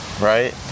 right